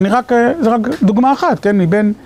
זה רק דוגמה אחת, כן, מבין...